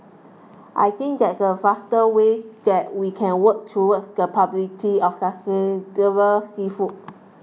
I think that's the fastest way that we can work towards the publicity of sustainable seafood